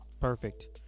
Perfect